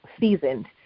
seasoned